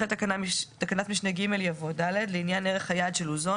אחרי תקנת משנה (ג) יבוא: "(ד) לעניין ערך היעד של אוזון,